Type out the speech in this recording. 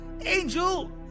Angel